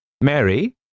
Mary